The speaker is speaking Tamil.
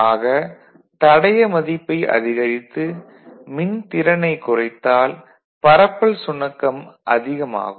ஆக தடைய மதிப்பை அதிகரித்து மின்திறனைக் குறைத்தால் பரப்பல் சுணக்கம் அதிகமாகும்